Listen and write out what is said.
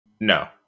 no